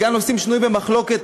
וגם נושאים שנויים במחלוקת,